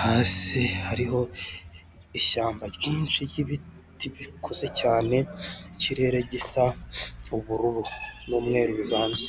hasi hariho ishyamba ryinshi ry'ibiti bikuze cyane ikirere gisa ubururu n'umweru bivanze.